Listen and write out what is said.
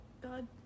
God